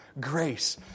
Grace